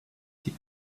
die